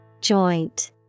joint